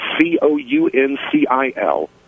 C-O-U-N-C-I-L